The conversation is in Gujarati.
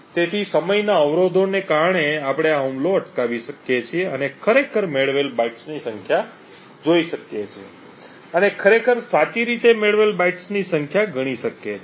તેથી સમયના અવરોધોને કારણે આપણે આ હુમલો અટકાવી શકીએ છીએ અને ખરેખર મેળવેલ બાઇટ્સની સંખ્યા જોઈ શકીએ છીએ અને ખરેખર સાચી રીતે મેળવેલ બાઇટ્સની સંખ્યા ગણી શકીએ છીએ